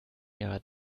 ihrer